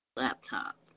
laptop